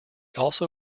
also